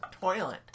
toilet